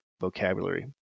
vocabulary